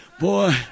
boy